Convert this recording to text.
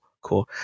cool